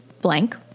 blank